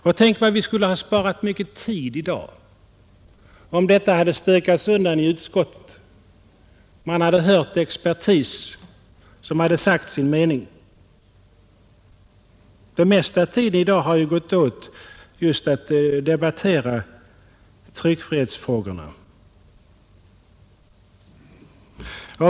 Och tänk vad vi skulle ha sparat mycken tid i dag, om detta hade stökats undan i utskottet och om man där hade hört expertis som sagt sin mening! Den mesta tiden i dag har ju gått åt just till att debattera tryckfrihetsfrågorna.